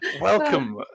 welcome